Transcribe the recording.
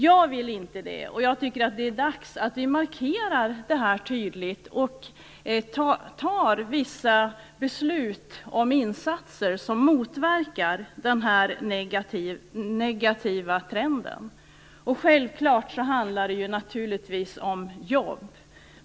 Jag vill inte det. Jag tycker att det är dags att vi markerar det tydligt och fattar vissa beslut om insatser som motverkar den här negativa trenden. Självfallet handlar det om jobb.